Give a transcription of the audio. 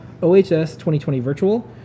OHS2020virtual